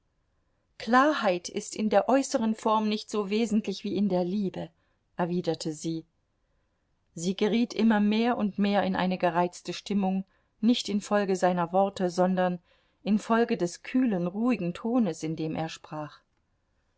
klarheit ist in der äußeren form nicht so wesentlich wie in der liebe erwiderte sie sie geriet immer mehr und mehr in eine gereizte stimmung nicht infolge seiner worte sondern infolge des kühlen ruhigen tones in dem er sprach